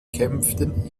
kämpften